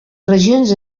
regions